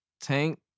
Tank